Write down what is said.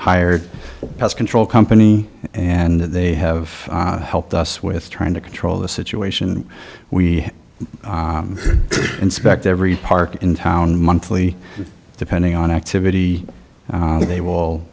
hired a pest control company and they have helped us with trying to control the situation and we inspect every park in town monthly depending on activity so they will